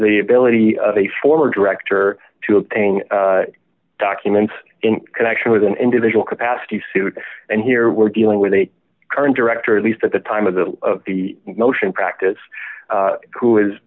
the ability of a former director to obtain documents in connection with an individual capacity suit and here we're dealing with a current director at least at the time of the of the motion practice who is